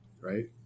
right